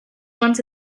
once